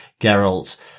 Geralt